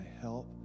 help